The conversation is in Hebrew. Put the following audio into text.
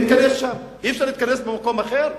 אי-אפשר להתכנס במקום אחר?